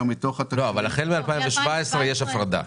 אבל החל מ-2017 יש הפרדה,